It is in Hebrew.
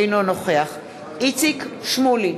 אינו נוכח איציק שמולי,